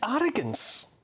arrogance